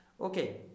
okay